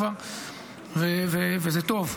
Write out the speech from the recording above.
וזה טוב,